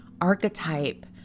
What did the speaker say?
archetype